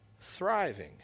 thriving